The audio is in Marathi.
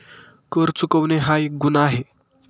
कर चुकवणे हा एक गुन्हा आहे